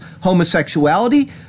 homosexuality